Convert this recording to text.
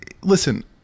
listen